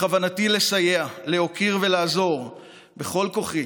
בכוונתי לסייע, להוקיר ולעזור בכל כוחי